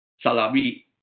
Salami